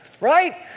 right